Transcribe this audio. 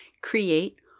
create